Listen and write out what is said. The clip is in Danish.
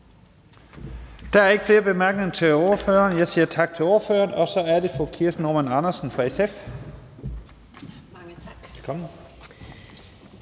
Der er ikke flere korte bemærkninger, så jeg siger tak til ordføreren. Så er det fru Kirsten Normann Andersen fra SF. Velkommen.